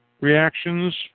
reactions